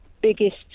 biggest